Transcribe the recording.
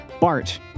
Bart